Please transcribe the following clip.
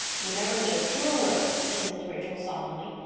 you never said a truer word, said mrs. rachel solemnly.